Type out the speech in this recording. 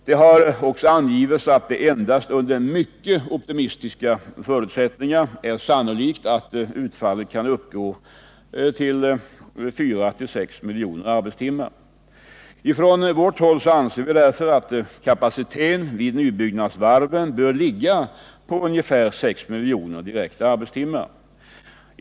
Det har också angivits att det endast under mycket optimistiska förutsättningar är sannolikt att utfallet kan uppgå till 4-6 miljoner arbetstimmar. Ifrån vårt håll anser vi därför att kapaciteten vid nybyggnadsvarven bör ligga på ungefär 6 miljoner direkta arbetstimmar.